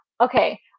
okay